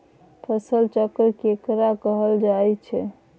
फसल चक्र केकरा कहल जायत छै?